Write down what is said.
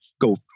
go